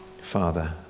Father